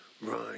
Right